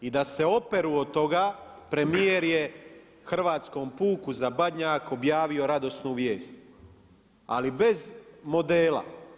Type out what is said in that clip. I da se operu od toga premijer je hrvatskom puku za Badnjak objavio radosnu vijest, ali bez modela.